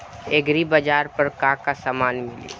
एग्रीबाजार पर का का समान मिली?